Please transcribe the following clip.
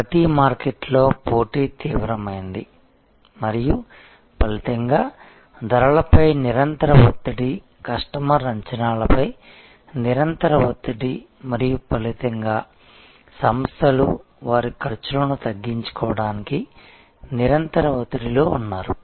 ప్రతి మార్కెట్లో పోటీ తీవ్రమైంది మరియు ఫలితంగా ధరలపై నిరంతర ఒత్తిడి కస్టమర్ అంచనాలపై నిరంతర ఒత్తిడి మరియు ఫలితంగా సంస్థలు వారి ఖర్చులను తగ్గించుకోవడానికి నిరంతర ఒత్తిడిలో ఉన్నారు